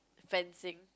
fencing